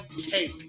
take